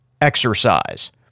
exercise